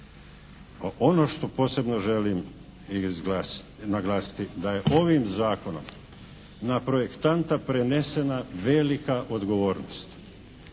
Ono što posebno želim naglasiti, da je ovim zakonom na projektanta prenesena velika odgovornost